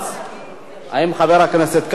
האם חבר הכנסת כץ נמצא כאן?